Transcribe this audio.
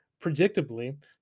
Predictably